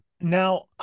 Now